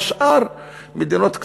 והשאר מדינות קטנטנות,